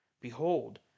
Behold